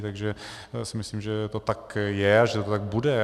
Takže si myslím, že to tak je a že to tak bude.